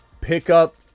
pickup